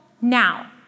now